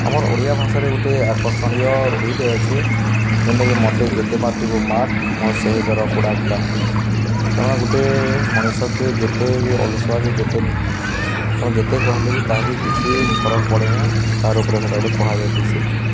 ଆମର୍ ଓଡ଼ିଆ ଭାଷାରେ ଗୋଟେ ଆକର୍ଷଣୀୟ ରୂଢ଼ୀଟି ଅଛେ ଯେନ୍ଟାକେ ମତେ ଯେତେ ମାଟିବୁ ମାଟ୍ ମୋ ସେହି ଦର ପୋଡ଼ା କାଠ ତମେ ଗୋଟେ ମଣିଷକେ ଯେତେ ବି ଅଲସୁଆକେ ଯେତେ ତ ଯେତେ କହିଲେ ବି ତାହାକି କିଛି ଫରକ ପଡ଼େନି ତାର ଉପରେ ସେଇଟା ଗୋଟେ କୁହାଯାଇଥିସି